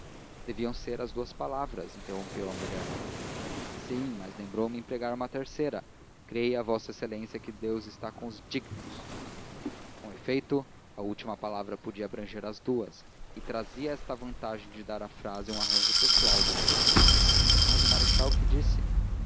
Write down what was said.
deviam ser as duas palavras interrompeu a mulher sim mas lembrou-me empregar uma terceira creia v exa que deus está com os dignos com efeito a última palavra podia abranger as duas e trazia esta vantagem de dar à frase um arranjo pessoal dele mas o marechal que disse